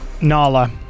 Nala